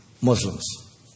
Muslims